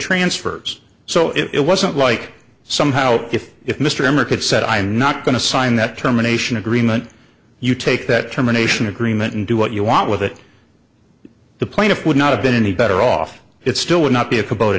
transfers so it wasn't like somehow if if mr emberg had said i'm not going to sign that terminations agreement you take that terminations agreement and do what you want with it the plaintiff would not have been any better off it still would not be a